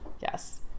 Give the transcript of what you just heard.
Yes